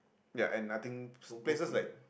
ya and I think places like